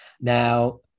Now